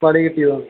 പണി കിട്ടിയോ